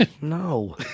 No